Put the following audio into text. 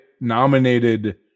nominated